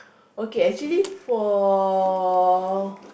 okay actually for